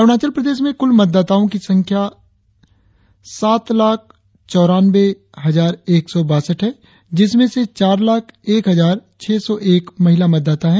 अरुणाचल प्रदेश में कुल मतदाताओ की संख्या साठ लाख चौरानंवे हजार एक सौ बासठ है जिसमें से चार लाख एक हजार छह सौ एक महिला मतदाता है